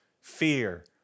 fear